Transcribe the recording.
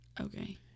Okay